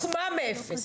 הוקמה מאפס.